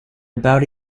about